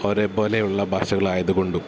ഒരേപോലെയുള്ള ഭാഷകളായതുകൊണ്ടും